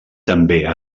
també